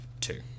two